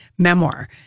Memoir